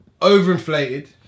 overinflated